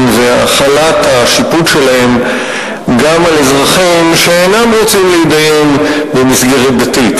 והחלת השיפוט שלהם גם על אזרחים שאינם רוצים להתדיין במסגרת דתית.